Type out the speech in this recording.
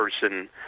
person